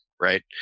Right